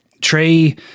Trey